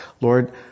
Lord